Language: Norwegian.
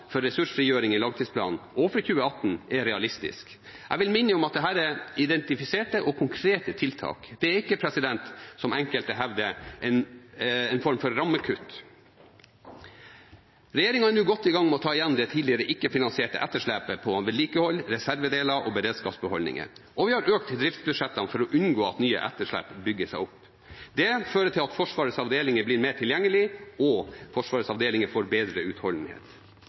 for ressursfrigjøring i langtidsplanen, og for 2018, er realistiske. Jeg vil minne om at dette er identifiserte og konkrete tiltak. Det er ikke, som enkelte hevder, en form for rammekutt. Regjeringen er nå godt i gang med å ta igjen det tidligere ikke-finansierte etterslepet på vedlikehold, reservedeler og beredskapsbeholdninger. Og vi har økt driftsbudsjettene for å unngå at nye etterslep bygger seg opp. Det fører til at Forsvarets avdelinger blir mer tilgjengelige og får bedre utholdenhet.